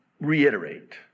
reiterate